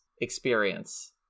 experience